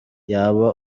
yaba